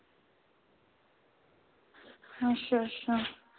अच्छा अच्छा